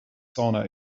sauna